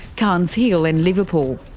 carnes hill and liverpool.